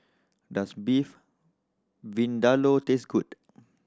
does Beef Vindaloo taste good